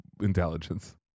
intelligence